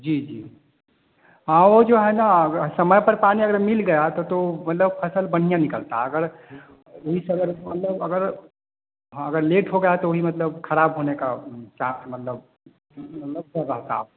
जी जी हाँ वह जो है ना समय पर पानी अगर मिल गया तब तो मतलब फ़सल बढ़िया निकलता है अगर यही से अगर मतलब अगर हाँ अगर लेट हो गया तो वही मतलब खराब होने का चांस मतलब रहता है